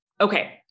Okay